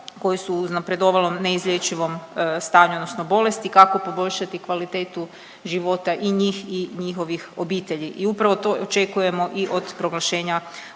koji su u uznapredovalom neizlječivom stanju, odnosno bolesti. Kako poboljšati kvalitetu života i njih i njihovih obitelji i upravo to očekujemo i od proglašenja